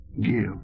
give